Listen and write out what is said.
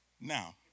Now